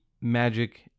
Magic